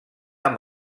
amb